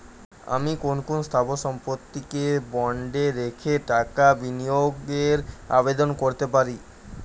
আমি কোন কোন স্থাবর সম্পত্তিকে বন্ডে রেখে টাকা বিনিয়োগের আবেদন করতে পারি?